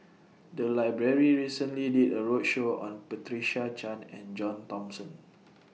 The Library recently did A roadshow on Patricia Chan and John Thomson